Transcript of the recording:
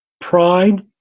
pride